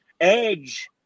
edge